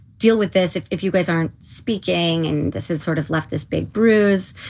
deal with this. if if you guys aren't speaking and this is sort of left this big bruise,